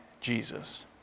Jesus